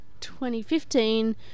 2015